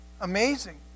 Amazing